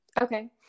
Okay